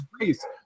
race